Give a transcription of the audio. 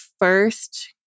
first